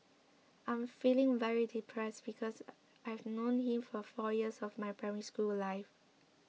I'm feeling very depressed because I've known him for four years of my Primary School life